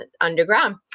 underground